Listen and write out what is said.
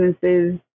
businesses